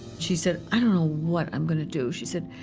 she said, i don't know what i'm going to do. she said,